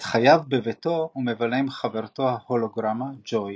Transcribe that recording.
את חייו בביתו הוא מבלה עם חברתו ההולוגרמה - ג'וי,